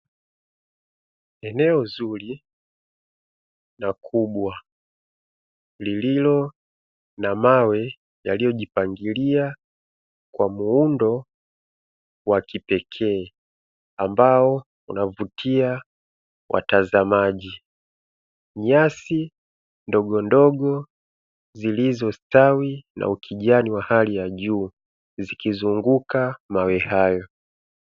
Eneo zuri na kubwa lililo na mawe yaliyojipangilia kwa muundo wa kipekee ambao unavutia watazamaji, nyasi ndogo ndogo zilizostawi na ukijani wa hali ya juu zikizunguka mawe hayo.